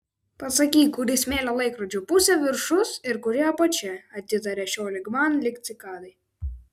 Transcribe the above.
pasakyk kuri smėlio laikrodžio pusė viršus ir kuri apačia atitaria šio lyg man lyg cikadai